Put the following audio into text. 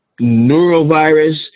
neurovirus